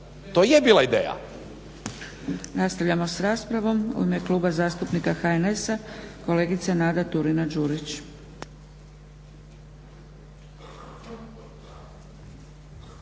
To je bila ideja.